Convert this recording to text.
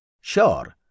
Sure